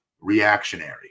reactionary